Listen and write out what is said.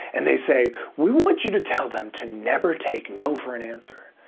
and they say, we want you to tell them to never take no for an answer.